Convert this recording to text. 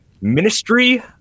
Ministry